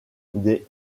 des